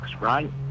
right